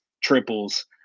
triples